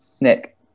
Nick